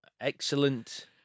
excellent